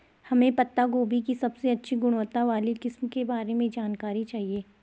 हमें पत्ता गोभी की सबसे अच्छी गुणवत्ता वाली किस्म के बारे में जानकारी चाहिए?